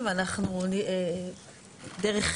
למעשה